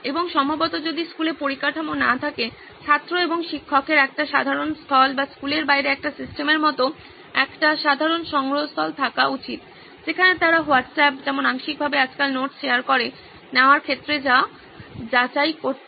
এবং সম্ভবত যদি স্কুলে পরিকাঠামো না থাকে ছাত্র এবং শিক্ষকের একটি সাধারণ স্থল বা স্কুলের বাইরে একটি সিস্টেমের মতো একটি সাধারণ সংগ্রহস্থল থাকা উচিত যেখানে তারা হোয়াটসঅ্যাপ যেমন আংশিকভাবে আজকাল নোট শেয়ার করে নেওয়ার ক্ষেত্রে যা করতে চাইছে